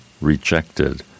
rejected